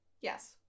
Yes